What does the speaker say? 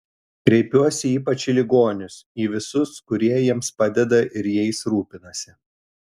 kreipiuosi ypač į ligonius į visus kurie jiems padeda ir jais rūpinasi